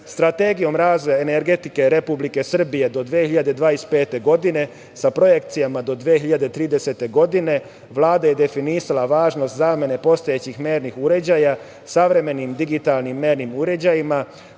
energije. Strategijom razvoja energetike Republike Srbije, do 2025. godine, sa projekcijama do 2030. godine, Vlada je definisala važnost zamene postojećih mernih uređaja, savremenim digitalnim mernim uređajima,